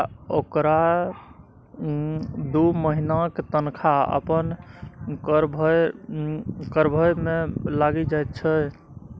ओकरा दू महिनाक तनखा अपन कर भरय मे लागि जाइत छै